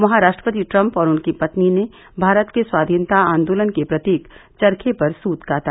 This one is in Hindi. वहां राष्ट्रपति ट्रम्प और उनकी पत्नी ने भारत के स्वाधीनता आन्दोलन के प्रतीक चरखे पर सूत काता